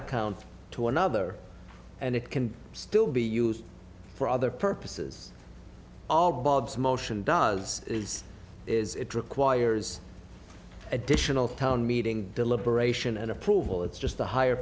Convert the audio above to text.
account to another and it can still be used for other purposes all bob's motion does is is it requires additional town meeting deliberation and approval it's just the higher